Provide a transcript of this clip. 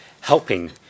helping